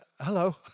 Hello